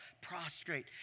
prostrate